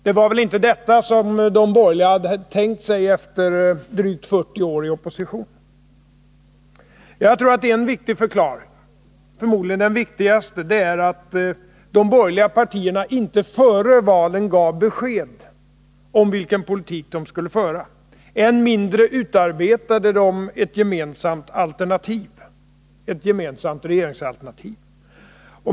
Det var väl inte detta som de borgerliga hade tänkt sig efter drygt 40 år i opposition? Jag tror att en viktig förklaring — förmodligen den viktigaste — är att de borgerliga partierna inte före valen gav besked om vilken politik de skulle föra. Än mindre utarbetade de ett gemensamt regeringsalternativ.